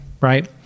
right